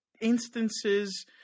instances